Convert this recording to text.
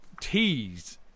teased